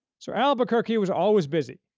so albuquerque was always busy,